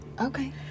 Okay